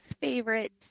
favorite